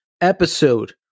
episode